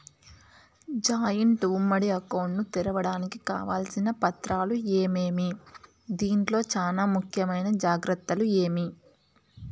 Joint ఉమ్మడి account ను తెరవడానికి కావాల్సిన పత్రాలు ఏమేమి? దీంట్లో చానా ముఖ్యమైన జాగ్రత్తలు ఏమి?